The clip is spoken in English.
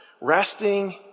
Resting